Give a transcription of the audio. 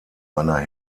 einer